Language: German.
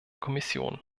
kommission